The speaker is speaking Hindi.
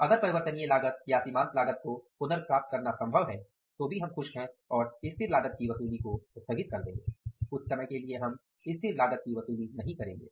अगर परिवर्तनीय लागत या सीमांत लागत को पुनर्प्राप्त करना संभव है तो भी हम खुश हैं और स्थिर लागत की वसूली को स्थगित कर देंगे